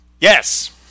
yes